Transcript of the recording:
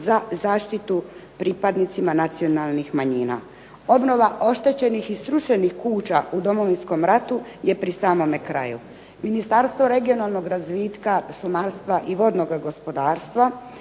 za zaštitu pripadnicima nacionalnih manjina. Obnova oštećenih i srušenih kuća u Domovinskom ratu je pri samome kraju. Ministarstvo regionalnog razvitka, šumarstva i vodnoga gospodarstva